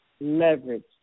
leverage